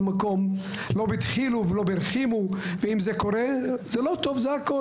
על ידי היסטוריונים; על ידי קורסים להכשרת מדריכים